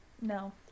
No